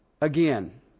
again